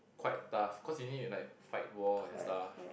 quite though cause you need to like fight war and stuff